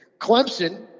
Clemson